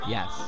Yes